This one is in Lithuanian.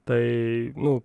tai nu